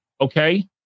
okay